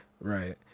Right